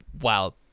wow